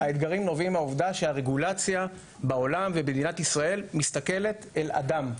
האתגרים נובעים מהעובדה שהרגולציה בעולם ובמדינת ישראל מסתכלת אל אדם,